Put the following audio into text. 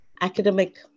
academic